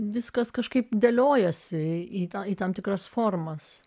viskas kažkaip dėliojosi į tam tikras formas